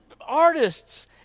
artists